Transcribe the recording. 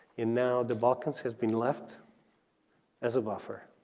and now the balkans has been left as a buffer,